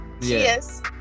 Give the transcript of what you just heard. Yes